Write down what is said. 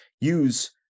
use